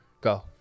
go